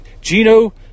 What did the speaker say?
Gino